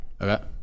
Okay